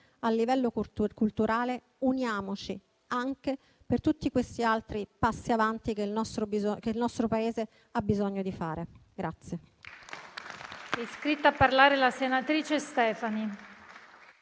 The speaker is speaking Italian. a livello culturale. Uniamoci anche per tutti questi altri passi avanti che il nostro Paese ha bisogno di fare.